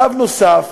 שלב נוסף,